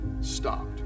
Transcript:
stopped